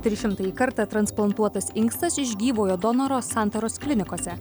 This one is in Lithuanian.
trišimtąjį kartą transplantuotas inkstas iš gyvojo donoro santaros klinikose